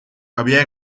había